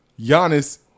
Giannis